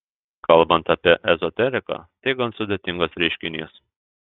kalbant apie ezoteriką tai gan sudėtingas reiškinys